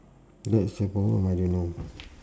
that's the problem I don't know